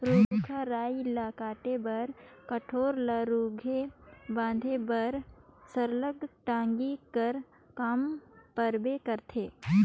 रूख राई ल काटे बर, कोठार ल रूधे बांधे बर सरलग टागी कर काम परबे करथे